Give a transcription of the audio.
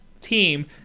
team